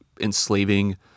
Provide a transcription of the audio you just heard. enslaving